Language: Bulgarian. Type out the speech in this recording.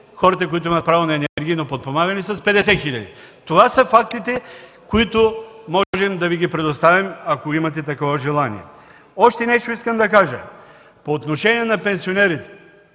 хората, които имат право на енергийно подпомагане, с 50 хиляди. Това са фактите, които можем да Ви ги предоставим, ако имате такова желание! Още нещо искам да кажа – по отношение на пенсионерите.